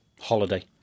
holiday